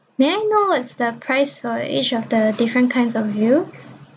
may I know what's the price for each of the different kinds of views